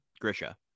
Grisha